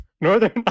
Northern